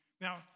Now